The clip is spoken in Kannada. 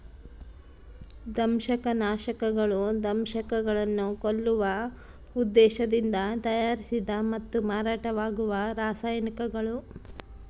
ದಂಶಕನಾಶಕಗಳು ದಂಶಕಗಳನ್ನು ಕೊಲ್ಲುವ ಉದ್ದೇಶದಿಂದ ತಯಾರಿಸಿದ ಮತ್ತು ಮಾರಾಟವಾಗುವ ರಾಸಾಯನಿಕಗಳು